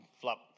flop